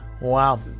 wow